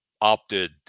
opted